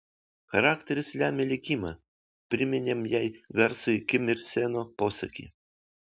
charakteris lemia likimą priminėm jai garsųjį kim ir seno posakį